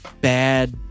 bad